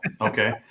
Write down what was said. okay